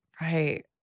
Right